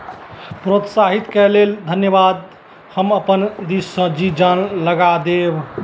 प्रोत्साहितके लेल धन्यवाद हम अपन दिशसँ जी जान लगा देब